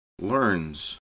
learns